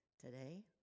today